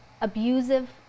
abusive